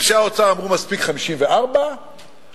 אנשי האוצר אמרו שמספיק 54 מיליון שקל,